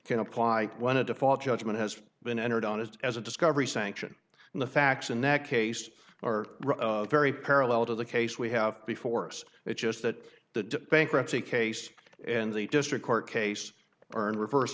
can apply when a default judgment has been entered on is as a discovery sanction and the facts in that case are very parallel to the case we have before us it's just that the bankruptcy case and the district court case earned reverse